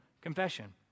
confession